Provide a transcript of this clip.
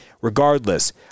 regardless